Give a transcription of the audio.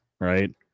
right